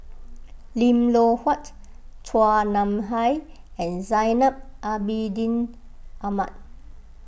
Lim Loh Huat Chua Nam Hai and Zainal Abidin Ahmad